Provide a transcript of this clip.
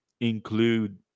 Include